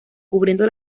cubriendo